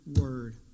word